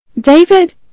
David